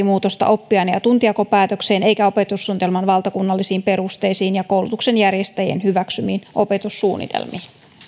muutosta oppiaine ja tuntijakopäätökseen eikä opetussuunnitelman valtakunnallisiin perusteisiin ja koulutuksen järjestäjien hyväksymiin opetussuunnitelmiin